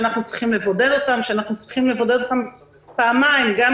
שאנחנו צריכים לבודד אותם פעמיים: גם